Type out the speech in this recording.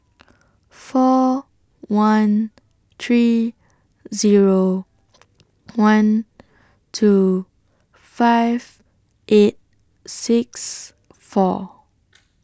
four one three Zero one two five eight six four